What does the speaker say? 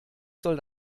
soll